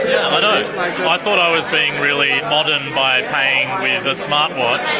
yeah but i like know. i thought i was being really modern by paying with a smartwatch,